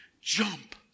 Jump